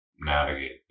navigate